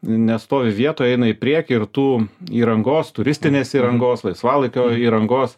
nestovi vietoj eina į priekį ir tų įrangos turistinės įrangos laisvalaikio įrangos